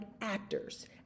actors